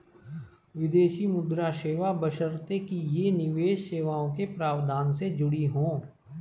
विदेशी मुद्रा सेवा बशर्ते कि ये निवेश सेवाओं के प्रावधान से जुड़ी हों